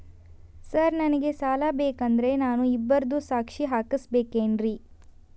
Sir ನನಗೆ ಸಾಲ ಬೇಕಂದ್ರೆ ನಾನು ಇಬ್ಬರದು ಸಾಕ್ಷಿ ಹಾಕಸಬೇಕೇನ್ರಿ?